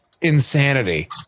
insanity